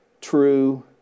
true